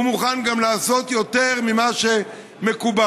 הוא מוכן גם לעשות יותר ממה שמקובל.